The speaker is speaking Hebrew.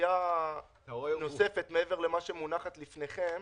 דחייה נוספת, מעבר למה שמונח לפניכם,